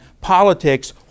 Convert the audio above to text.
politics